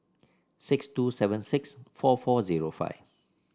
six two seven six four four zero five